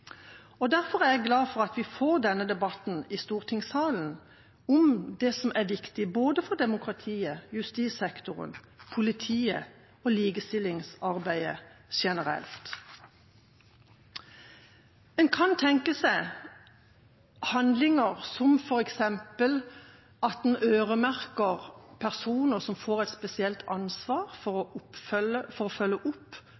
Derfor er jeg glad for at vi får denne debatten i stortingssalen om det som er viktig for både demokratiet, justissektoren, politiet og likestillingsarbeidet generelt. En kan tenke seg handlinger som f.eks. at noen personer får et spesielt ansvar for å følge opp